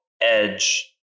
Edge